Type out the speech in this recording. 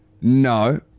No